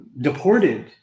deported